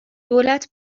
دولت